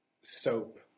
soap